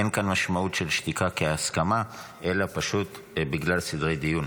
אין כאן משמעות של שתיקה כהסכמה אלא פשוט בגלל סדרי דיון.